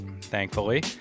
thankfully